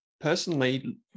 personally